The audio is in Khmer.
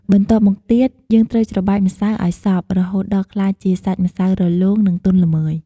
បន្ទាប់មកទៀត យើងត្រូវច្របាច់ម្សៅឲ្យសព្វ រហូតដល់ក្លាយជាសាច់ម្សៅរលោង និងទន់ល្មើយ។